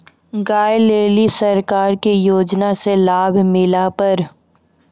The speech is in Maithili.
गाय ले ली सरकार के योजना से लाभ मिला पर?